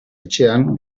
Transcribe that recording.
etxean